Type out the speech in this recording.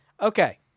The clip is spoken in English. Okay